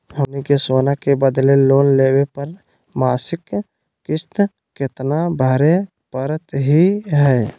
हमनी के सोना के बदले लोन लेवे पर मासिक किस्त केतना भरै परतही हे?